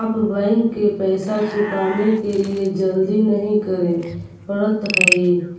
आप बैंक के पैसा चुकाने के लिए जल्दी नहीं करे पड़त हई